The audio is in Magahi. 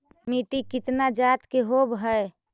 मिट्टी कितना जात के होब हय?